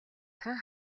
тун